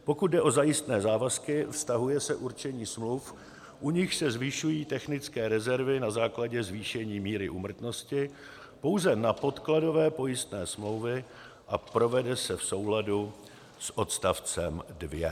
Pokud jde o zajistné závazky, vztahuje se určení smluv, u nichž se zvyšují technické rezervy na základě zvýšení míry úmrtnosti, pouze na podkladové pojistné smlouvy a provede se v souladu s odstavcem 2.